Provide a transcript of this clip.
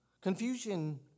Confusion